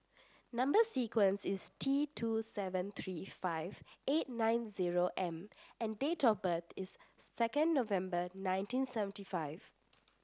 number sequence is T two seven three five eight nine zero M and date of birth is second November nineteen seventy five